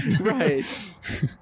right